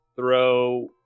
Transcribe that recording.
Throw